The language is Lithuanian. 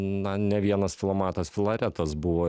na ne vienas filomatas filaretas buvo